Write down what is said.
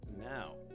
Now